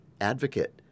advocate